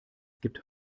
gibt